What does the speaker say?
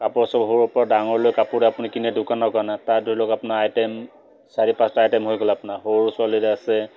কাপোৰ চব সৰুৰ পৰা ডাঙৰলৈ কাপোৰ আপুনি কিনে দোকানৰ কাৰণে তাত ধৰি লওক আপোনাৰ আইটেম চাৰি পাঁচটা আইটেম হৈ গ'ল আপোনাৰ সৰু ছোৱালীলৈ আছে